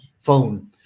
phone